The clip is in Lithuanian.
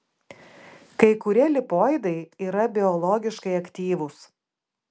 kai kurie lipoidai yra biologiškai aktyvūs